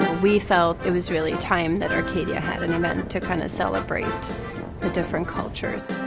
we felt it was really time that arcadia had an event to kind of celebrate the different cultures.